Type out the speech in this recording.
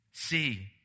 See